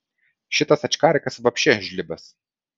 šitas ačkarikas vapše žlibas